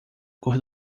cor